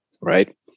right